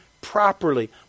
properly